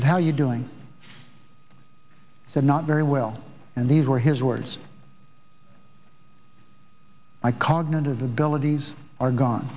and how you doing so not very well and these were his words my cognitive abilities are gone